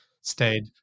stayed